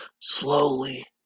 Slowly